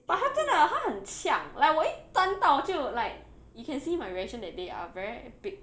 but 它真的它很强 like 我一但到我就 like you can see my reaction that day ah very big